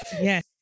Yes